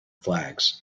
flags